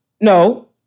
no